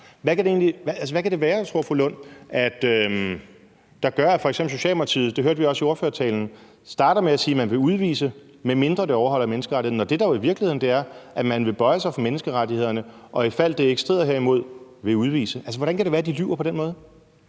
gør, at f.eks. Socialdemokratiet – det hørte vi også i ordførertalen – starter med at sige, at man vil udvise, medmindre det overtræder menneskerettighederne, når det, der jo er virkeligheden, er, at man vil bøje sig for menneskerettighederne, og ifald det ikke strider imod dem, vil udvise? Altså, hvordan kan det være, at de lyver på den måde?